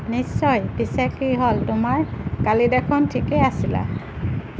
নিশ্চয় পিছে কি হ'ল তোমাৰ কালি দেখোন ঠিকেই আছিলা